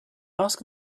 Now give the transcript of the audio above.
ask